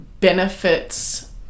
benefits